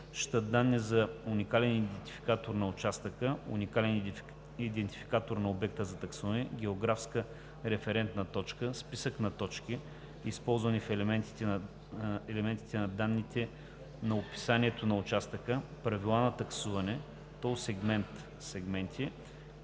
данни за уникален идентификатор на участъка/уникален идентификатор на обекта за таксуване, географска референтна точка, списък на точки, използвани в елементите на данните на описанието на участъка, правила на таксуване, тол сегмент/и,